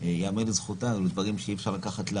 שייאמר לזכותה אלו דברים שאי אפשר לקחת ממנה